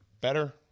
better